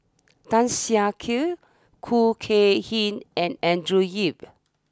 Tan Siak Kew Khoo Kay Hian and Andrew Yip